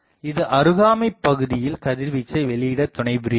இது அருகாமை பகுதியில் கதிவீச்சை வெளியிட துணைபுரிகிறது